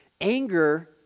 anger